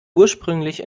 ursprünglich